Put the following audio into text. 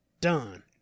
Done